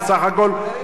בסך הכול,